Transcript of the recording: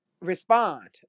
respond